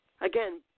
Again